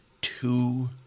two